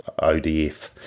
ODF